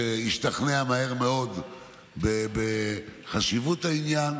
שהשתכנע מהר מאוד בחשיבות העניין.